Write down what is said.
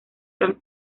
tan